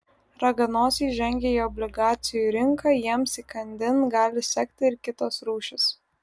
raganosiai žengia į obligacijų rinką jiems įkandin gali sekti ir kitos rūšys